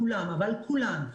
אבל כולם,